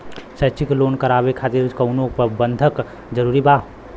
शैक्षणिक लोन करावे खातिर कउनो बंधक जरूरी बा?